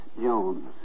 Jones